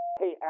Hey